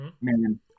man